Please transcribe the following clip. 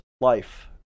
life